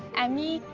emi,